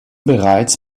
bereits